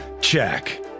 Check